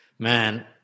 Man